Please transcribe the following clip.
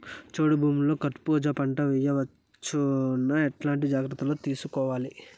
చౌడు భూముల్లో కర్బూజ పంట వేయవచ్చు నా? ఎట్లాంటి జాగ్రత్తలు తీసుకోవాలి?